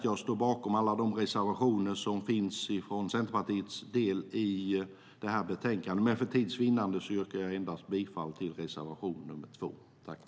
Jag står bakom alla Centerpartiets reservationer i betänkandet, men för tids vinnande yrkar jag bifall endast till reservation nr 2.I detta anförande instämde Lena Ek, Per-Ingvar Johnsson och Kristina Yngwe .